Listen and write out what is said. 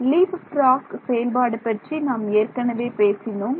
leaf frock செயல்பாடு பற்றி நாம் ஏற்கனவே பேசினோம்